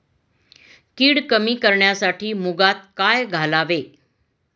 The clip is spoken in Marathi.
कीड कमी करण्यासाठी मुगात काय घालावे?